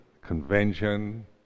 convention